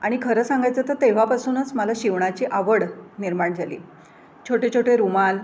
आणि खरं सांगायचं तर तेव्हापासूनच मला शिवणाची आवड निर्माण झाली छोटे छोटे रुमाल